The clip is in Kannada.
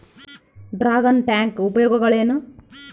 ಡ್ರಾಗನ್ ಟ್ಯಾಂಕ್ ಉಪಯೋಗಗಳೇನು?